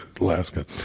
Alaska